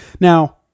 Now